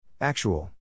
Actual